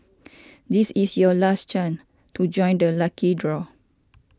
this is your last chance to join the lucky draw